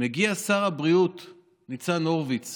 מגיע שר הבריאות ניצן הורוביץ